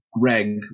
greg